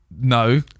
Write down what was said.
No